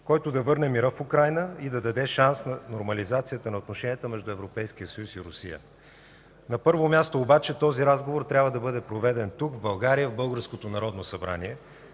който да върне мира в Украйна и да даде шанс на нормализацията на отношенията между Европейския съюз и Русия. На първо място обаче този разговор трябва да бъде проведен тук, в България, в Българското народно събрание.